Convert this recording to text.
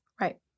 Right